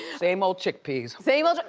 same old chickpeas. same old,